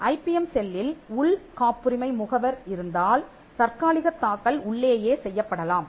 IBM செல்லில் உள் காப்புரிமை முகவர் இருந்தால் தற்காலிகத் தாக்கல் உள்ளேயே செய்யப்படலாம்